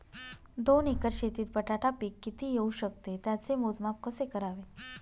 दोन एकर शेतीत बटाटा पीक किती येवू शकते? त्याचे मोजमाप कसे करावे?